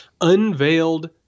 unveiled